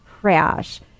crash